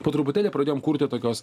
po truputėlį pradėjom kurti tokios